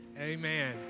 Amen